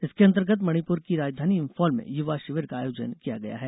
इसके अंतर्गत मणिपुर की राजधानी इम्फाल में युवा शिविर का आयोजन किया गया है